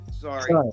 Sorry